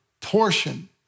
portion